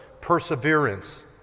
perseverance